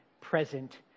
present